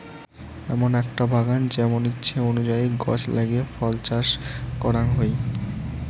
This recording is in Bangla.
এমন আকটা বাগান যেমন ইচ্ছে অনুযায়ী গছ লাগিয়ে ফল চাষ করাং হই